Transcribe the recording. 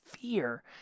fear